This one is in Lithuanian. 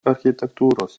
architektūros